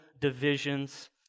divisions